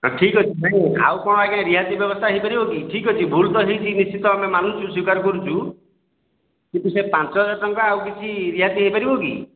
ଠିକ ଅଛି ଆଉ କ'ଣ ଆଜ୍ଞା ରିହାତି ବ୍ୟବସ୍ଥା ହେଇପାରିବ କି ଠିକ ଅଛି ଭୁଲ ତ ହେଇଛି ନିଶ୍ଚିତ ଆମେ ମାନୁଛୁ ସ୍ୱୀକାର କରୁଛୁ କିନ୍ତୁ ସେ ପାଞ୍ଚ ହଜାର ଟଙ୍କା ଆଉ କିଛି ରିହାତି ହେଇପାରିବ କି